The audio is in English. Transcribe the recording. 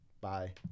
Bye